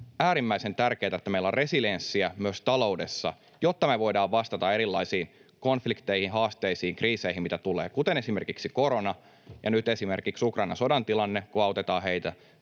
äärimmäisen tärkeätä, että meillä on resilienssiä myös taloudessa, jotta me voidaan vastata erilaisiin konflikteihin, haasteisiin, kriiseihin, mitä tulee, esimerkiksi korona ja nyt esimerkiksi Ukrainan sodan tilanne, kun autetaan heitä,